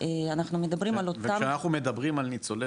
אנחנו מדברים על אותם --- ושאנחנו מדברים על ניצולי